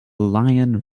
lion